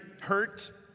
hurt